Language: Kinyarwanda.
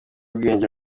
ubwenge